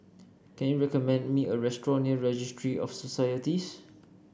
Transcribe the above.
can you recommend me a restaurant near Registry of Societies